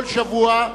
כל שבוע,